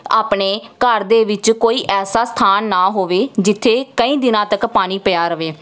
ਆਪਣੇ ਘਰ ਦੇ ਵਿੱਚ ਕੋਈ ਐਸਾ ਸਥਾਨ ਨਾ ਹੋਵੇ ਜਿੱਥੇ ਕਈ ਦਿਨਾਂ ਤੱਕ ਪਾਣੀ ਪਿਆ ਰਹੇ